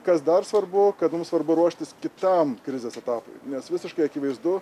kas dar svarbu kad mums svarbu ruoštis kitam krizės etapui nes visiškai akivaizdu